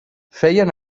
feien